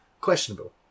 questionable